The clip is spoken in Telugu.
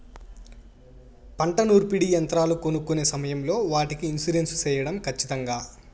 పంట నూర్పిడి యంత్రాలు కొనుక్కొనే సమయం లో వాటికి ఇన్సూరెన్సు సేయడం ఖచ్చితంగా?